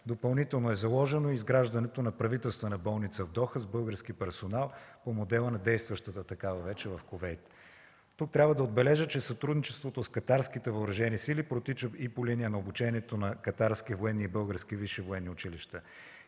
Допълнително е заложено изграждането на правителствена болница в Доха с български персонал по модела на действащата такава вече в Кувейт. Тук трябва да отбележа, че сътрудничеството с катарските въоръжени сили протича и по линия на обучението на катарски военни и български висши военни училища.